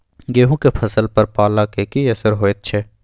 गेहूं के फसल पर पाला के की असर होयत छै?